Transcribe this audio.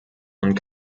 und